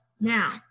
Now